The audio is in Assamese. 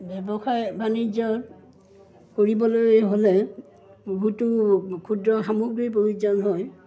ব্যৱসায় বাণিজ্য কৰিবলৈ হ'লে বহুতো ক্ষুদ্ৰ সামগ্ৰীৰ প্ৰয়োজন হয়